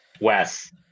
Wes